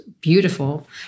beautiful